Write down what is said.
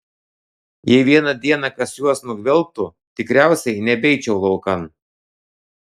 jei vieną dieną kas juos nugvelbtų tikriausiai nebeičiau laukan